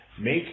Make